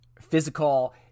physical